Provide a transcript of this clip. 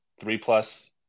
three-plus